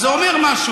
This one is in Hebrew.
אז זה אומר משהו.